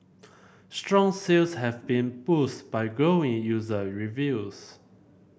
strong sales have been boost by glowing user reviews